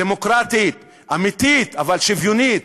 דמוקרטית, אמיתית, אבל שוויונית,